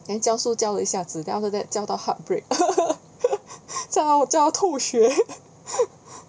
then 教书教一了下子 then after that 教到 heart break 教到教到吐血